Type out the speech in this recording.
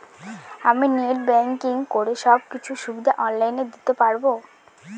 আমি net banking করে সব কিছু সুবিধা অন লাইন দিতে পারবো?